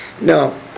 No